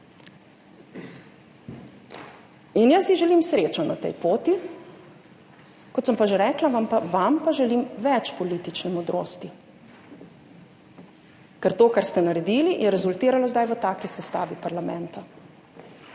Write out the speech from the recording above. voditelje. Želim si srečo na tej poti, kot sem že rekla, vam pa želim več politične modrosti. Ker to, kar ste naredili, je rezultiralo zdaj v taki sestavi parlamenta.